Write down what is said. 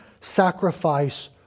sacrifice